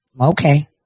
Okay